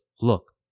look